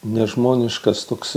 nežmoniškas toks